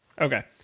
Okay